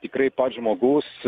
tikrai pats žmogus